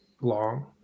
long